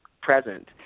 present